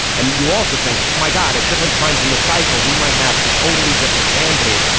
and you also think, my god, at different times in the cycle, we might have a totally different candidate.